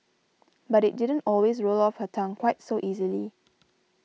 but it didn't always roll off her tongue quite so easily